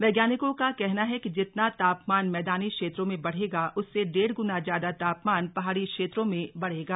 वैज्ञानिकों का कहना है कि जितना तामपान मैदानी क्षेत्रों में बढ़ेगा उससे डेढ़ गुना ज्यादा तामपान पहाड़ी क्षेत्रों में बढ़ेगा